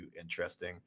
interesting